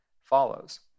follows